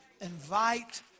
Invite